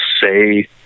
say